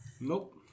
nope